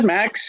Max